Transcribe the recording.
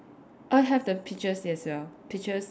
I have the peaches as well peaches and